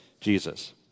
Jesus